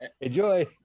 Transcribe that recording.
Enjoy